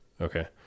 Okay